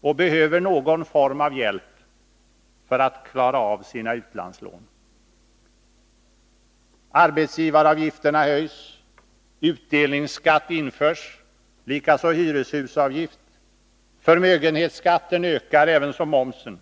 och behöver någon form av hjälp för att klara av sina utlandslån. Arbetsgivaravgifterna höjs. Utdelningsskatt införs, likaså hyreshusavgift. Förmögenhetsskatten ökar, ävenså momsen.